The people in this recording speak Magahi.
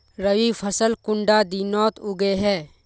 रवि फसल कुंडा दिनोत उगैहे?